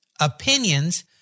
opinions